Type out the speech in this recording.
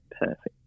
perfect